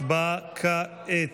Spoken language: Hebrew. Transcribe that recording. הצבעה כעת.